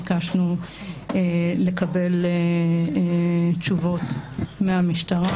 ביקשנו לקבל תשובות מהמשטרה.